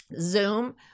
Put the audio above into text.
Zoom